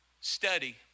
study